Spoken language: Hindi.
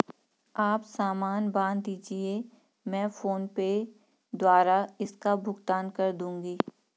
आप सामान बांध दीजिये, मैं फोन पे द्वारा इसका भुगतान कर दूंगी